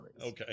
Okay